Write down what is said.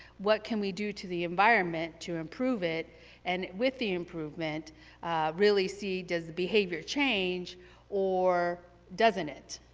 what can we do to the environment to improve it and with the improvement really see, does the behavior change or doesn't it.